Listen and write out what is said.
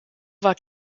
war